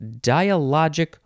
dialogic